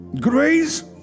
Grace